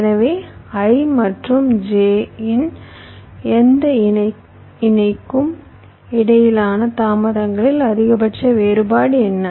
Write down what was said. எனவே i மற்றும் j இன் எந்த இணைக்கும் இடையிலான தாமதங்களில் அதிகபட்ச வேறுபாடு என்ன